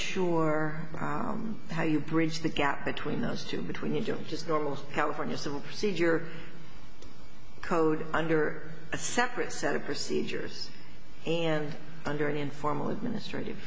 sure how you bridge the gap between those two between india which is normal california civil procedure code under a separate set of procedures and under an informal administrative